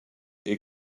est